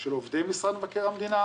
של עובדי משרד מבקר המדינה,